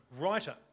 writer